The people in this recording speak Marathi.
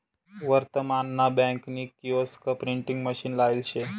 वर्तमान मा बँक नी किओस्क प्रिंटिंग मशीन लायेल शे